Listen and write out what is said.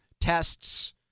tests